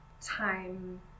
time